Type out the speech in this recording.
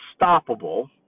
unstoppable